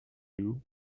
you